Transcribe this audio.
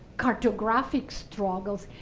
cartographic struggles,